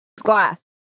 glass